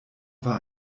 war